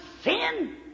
sin